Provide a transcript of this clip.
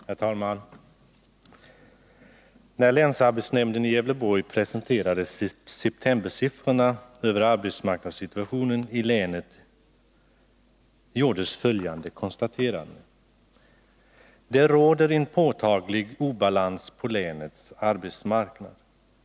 Herr talman! När länsarbetsnämnden i Gävleborg presenterade septembersiffrorna över arbetsmarknadssituationen i länet gjordes följande konstaterande: ”Det råder en påtaglig obalans på länets arbetsmarknad.